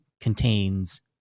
contains